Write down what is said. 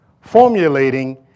Formulating